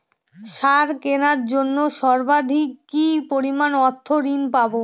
সার কেনার জন্য সর্বাধিক কি পরিমাণ অর্থ ঋণ পাব?